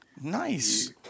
Nice